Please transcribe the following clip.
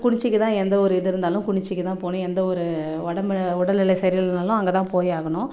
குனிச்சிக்கு தான் எந்த ஒரு இது இருந்தாலும் குனிச்சிக்கு தான் போகணும் எந்த ஒரு உடம்பு உடல்நிலை சரி இல்லைனாலும் அங்கே தான் போய் ஆகணும்